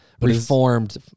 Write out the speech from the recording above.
reformed